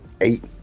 Eight